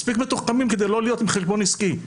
הם מספיק מתוחכמים כדי לא להיות עם חשבון עסקי.